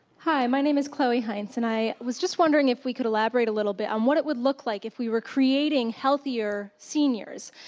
hi. my name is chloe hines, and i was just wondering if we could elaborate a little bit on what it would look like if we were creating healthier seniors,